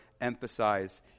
emphasize